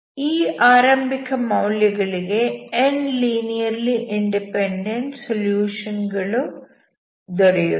ಈ ಆರಂಭಿಕ ಮೌಲ್ಯಗಳಿಗೆ n ಲೀನಿಯರ್ಲಿ ಇಂಡಿಪೆಂಡೆಂಟ್ ಸೊಲ್ಯೂಷನ್ ಗಳು ದೊರೆಯುತ್ತವೆ